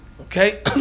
Okay